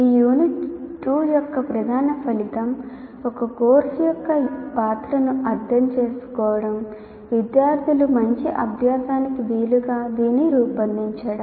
ఈ యూనిట్ 2 యొక్క ప్రధాన ఫలితం ఒక కోర్సు యొక్క పాత్రను అర్థం చేసుకోవడం విద్యార్థుల మంచి అభ్యాసానికి వీలుగా దీనిని రూపొందించడం